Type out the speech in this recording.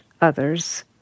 others